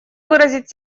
выразить